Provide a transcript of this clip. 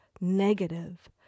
negative